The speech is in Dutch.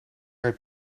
heb